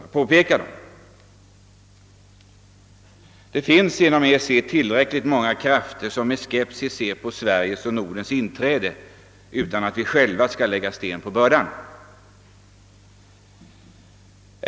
Det finns inom EEC tillräckligt många krafter som med skepsis ser på Sveriges och Nordens inträde utan att vi själva behöver lägga sten på bördan.